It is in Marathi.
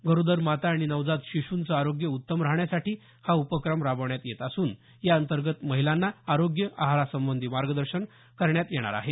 गरोदर माता आणि नवजात शिशुंचं आरोग्य उत्तम राहण्यासाठी हा उपक्रम राबवण्यात येत असून याअंतर्गत महिलांना आरोग्य आहारासंबंधी मार्गदर्शन करण्यात येणार आहे